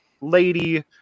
lady